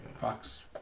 Fox